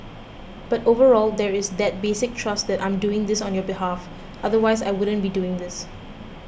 but overall there is that basic trust that I'm doing this on your behalf otherwise I wouldn't be doing this